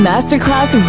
Masterclass